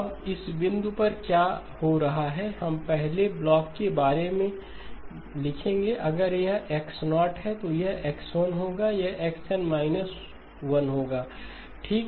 अब इस बिंदु पर क्या हो रहा है हम पहले ब्लॉक के बारे में लिखेंगे अगर यह X0 है तो यह X1 होगा यह XN 1 होगा ठीक